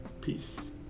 Peace